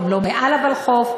הן לא מעל הוולחו"ף,